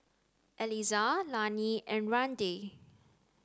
Elizah Lannie and Randi